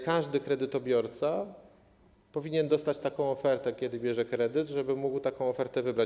Każdy kredytobiorca powinien dostać taką ofertę, kiedy bierze kredyt, żeby mógł wybrać.